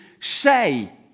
say